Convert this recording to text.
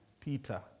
Peter